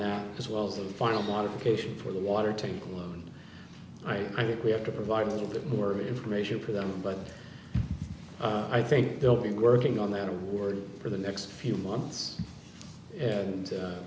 that as well as the final modification for the water table and i think we have to provide a little bit more information for them but i think they'll be working on that award for the next few months and